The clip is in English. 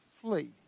flee